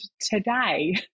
today